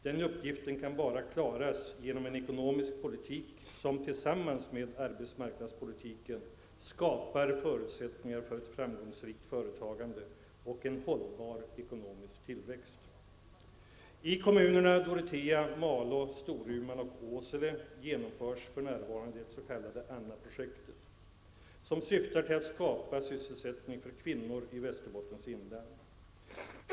Den uppgiften kan bara klaras genom en ekonomisk politik som tillsammans med arbetsmarknadspolitiken skapar förutsättningar för ett framgångsrikt företagande och en hållbar ekonomisk tillväxt. projektet, som syftar till att skapa sysselsättning för kvinnor i Västerbottens inland.